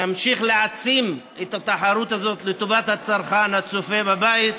נמשיך להעצים את התחרות הזאת לטובת הצרכן הצופה בבית,